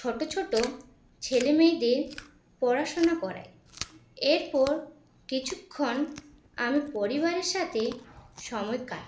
ছোটো ছোটো ছেলেমেয়েদের পড়াশোনা করাই এরপর কিছুক্ষণ আমি পরিবারের সাথে সময় কাটাই